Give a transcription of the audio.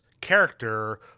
character